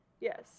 Yes